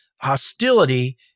hostility